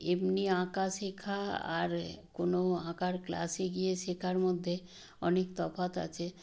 এমনি আঁকা শেখা আর কোনো আঁকার ক্লাসে গিয়ে শেখার মধ্যে অনেক তফাৎ আছে